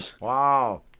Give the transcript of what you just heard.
Wow